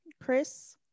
Chris